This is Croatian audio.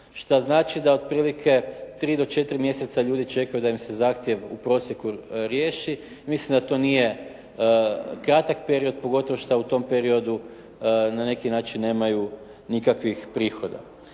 što znači da otprilike 3 do 4 mjeseca ljudi čekaju da im se zahtjev u prosjeku riješi i mislim da to nije kratak period pogotovo što u tom periodu na neki način nemaju nikakvih prihoda.